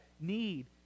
need